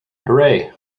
hooray